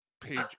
page